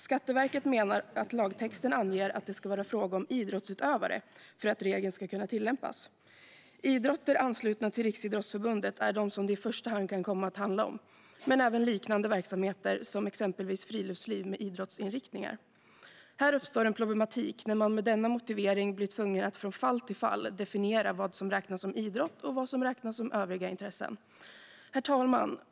Skatteverket menar att lagtexten anger att det ska vara fråga om idrottsutövare för att regeln ska kunna tillämpas. Idrotter anslutna till Riksidrottsförbundet är dem som det i första hand kan komma att handla om. Men det gäller även liknande verksamheter, exempelvis friluftsliv med idrottsinriktningar. Här uppstår en problematik när man med denna motivering blir tvungen att från fall till fall definiera vad som räknas som idrott och vad som räknas som övriga intressen. Herr talman!